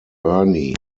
ernie